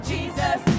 Jesus